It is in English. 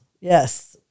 yes